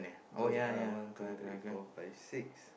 so uh one two three four five six